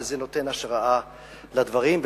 וזה נותן השראה לדברים.